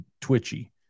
twitchy